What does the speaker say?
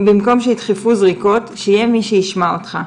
במקום שידחפו זריקות שיהיה מי שישמע אותך.